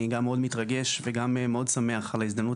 אני גם מאוד מתרגש וגם מאוד שמח על ההזדמנות